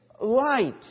light